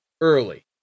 early